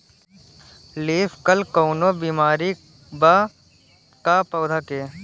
Leaf curl कौनो बीमारी बा का पौधा के?